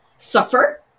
suffer